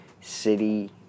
City